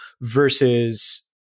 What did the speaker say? versus